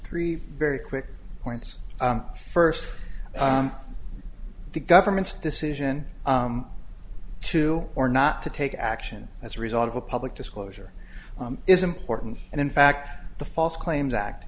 three very quick points first the government's decision to or not to take action as a result of a public disclosure is important and in fact the false claims